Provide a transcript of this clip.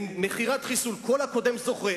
כל הקודם זוכה.